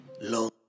Long